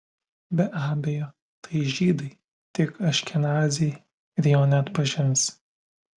be abejo tai žydai tik aškenaziai ir jo neatpažins